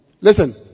Listen